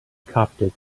coptic